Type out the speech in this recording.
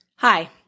Hi